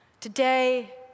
Today